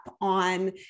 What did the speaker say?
on